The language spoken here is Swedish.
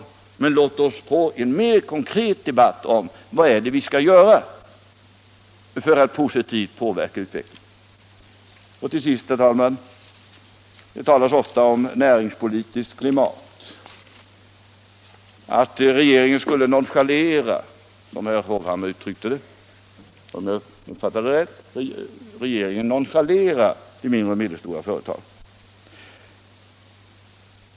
Men låt oss få en mer konkret debatt om vad det är vi skall göra för att positivt påverka utvecklingen. Till sist, herr talman: Det talas ofta om näringsvänligt klimat och om att regeringen skulle nonchalera — som herr Hovhammar uttryckte det, om jag uppfattade honom rätt — de mindre och medelstora företagen.